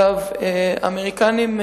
האמריקנים,